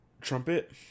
Trumpet